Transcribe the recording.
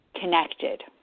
connected